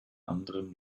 anderem